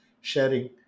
sharing